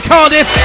Cardiff